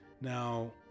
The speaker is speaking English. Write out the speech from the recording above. Now